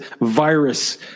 virus